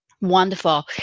Wonderful